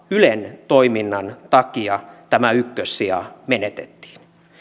ylen toiminnan takia tämä ykkössija menetettiin